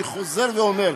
אני חוזר ואומר: